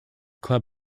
club